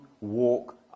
walk